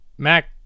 Mac